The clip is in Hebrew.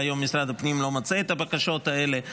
והיום משרד הפנים לא מוצא את הבקשות האלה.